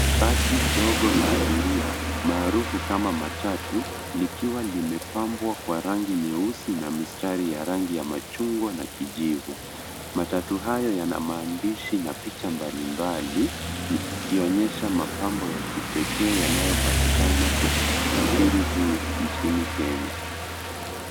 Basi dogo la abiria, maarufu kama matatu, likiwa limepambwa kwa rangi nyeusi na mistari ya rangi ya machungwa na kijivu. Matatu hayo yana maandishi na picha mbalimbali , zikionyesha mapambo ya kipekee yanayopatikana kwenye usafiri huu nchini Kenya.